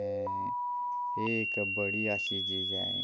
ते एह् इक बड़ी अच्छी चीज ऐ एह्